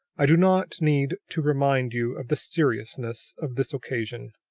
i do not need to remind you of the seriousness of this occasion.